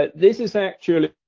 but this is actually,